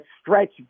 stretch